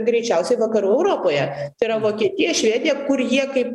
greičiausiai vakarų europoje tai yra vokietija švedija kur jie kaip